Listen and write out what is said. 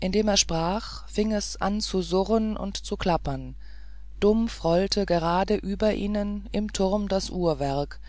indem er sprach fing es an zu surren und zu klappern dumpf rollte gerade über ihnen im turme das uhrwerk